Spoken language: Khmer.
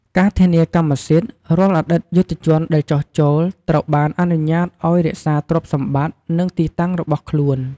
ការធានាកម្មសិទ្ធិ រាល់អតីតយុទ្ធជនដែលចុះចូល ត្រូវបានអនុញ្ញាតឱ្យរក្សាទ្រព្យសម្បត្តិ និងទីតាំងរបស់ខ្លួន។